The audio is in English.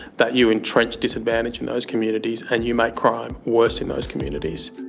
that you entrench disadvantage in those communities and you make crime worse in those communities.